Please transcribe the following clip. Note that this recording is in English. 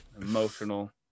emotional